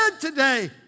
today